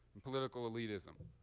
and political elitism.